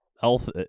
health